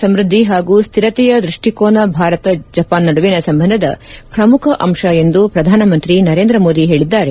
ಸಮೃದ್ಧಿ ಹಾಗೂ ಸ್ಥಿರತೆಯ ದೃಷ್ಟಿಕೋನ ಭಾರತ ಜಪಾನ್ ನಡುವಿನ ಸಂಬಂಧದ ಪ್ರಮುಖ ಅಂಶ ಎಂದು ಪ್ರಧಾನಮಂತ್ರಿ ನರೇಂದ್ರ ಮೋದಿ ಹೇಳಿದ್ದಾರೆ